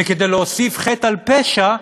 וכדי להוסיף חטא על פשע,